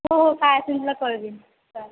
हो हो काय असेल तुला कळवेन चालेल